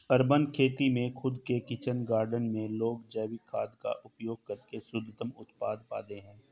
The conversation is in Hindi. अर्बन खेती में खुद के किचन गार्डन में लोग जैविक खाद का उपयोग करके शुद्धतम उत्पाद पाते हैं